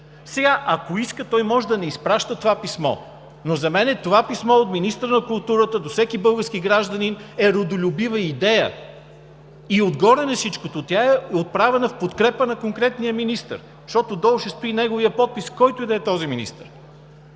Ако иска, той може да не изпраща това писмо, но за мен това писмо от министъра на културата до всеки български гражданин е родолюбива идея. Отгоре на всичкото, тя е отправена в подкрепа на конкретния министър, защото долу ще стои неговият подпис – който и да е този министър.